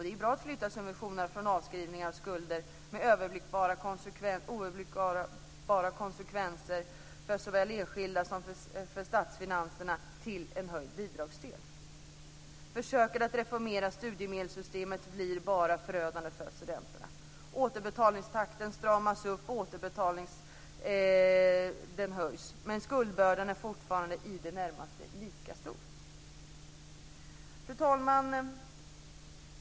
Det är bra att flytta subventionerna från avskrivning av skulder med oöverblickbara konsekvenser för såväl enskilda som för statsfinanserna till en höjd bidragsdel. Försöket att reformera studiemedelssystemet blir bara förödande för studenterna. Återbetalningstakten stramas upp, men skuldbördan är fortfarande i det närmaste lika stor. Fru talman!